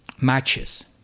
matches